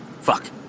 fuck